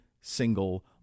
single